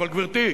אבל, גברתי,